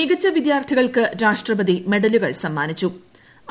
മികച്ച വിദ്യാർത്ഥികൾക്ക് രാഷ്ട്രപതി മെഡലുകൾ സമ്മാനിച്ചു്